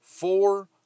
four